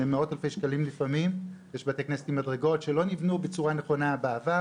יש מאות בתי כנסת שלא נבנו נגישים בעבר,